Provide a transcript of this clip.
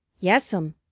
yes'm,